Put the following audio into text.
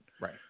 right